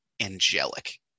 angelic